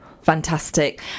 Fantastic